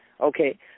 Okay